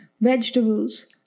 vegetables